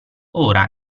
ora